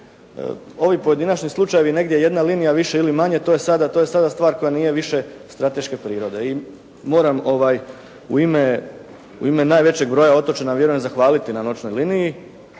Ovi pojedinačni slučajevi negdje jedna linija više ili manje to je sada stvar koja nije više strateške prirode i moram u ime najvećeg broja otočana vjerojatno zahvaliti na noćnoj liniji